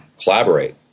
collaborate